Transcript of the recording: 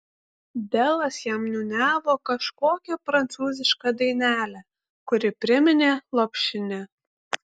delas jam niūniavo kažkokią prancūzišką dainelę kuri priminė lopšinę